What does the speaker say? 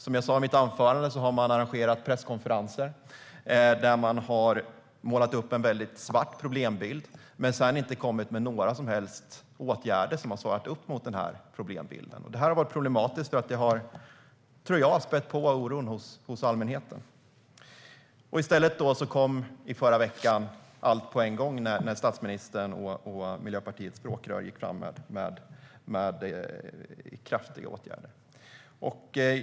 Som jag sa i mitt anförande har man arrangerat presskonferenser där man har målat upp en väldigt svart problembild, men sedan har man inte kommit med några som helst åtgärder som har svarat upp mot denna problembild. Det är problematiskt, för jag tror att det har spätt på oron hos allmänheten. I stället kom i förra veckan allt på en gång när statsministern och Miljöpartiets språkrör gick fram med kraftiga åtgärder.